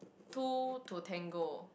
two two tango